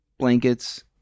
blankets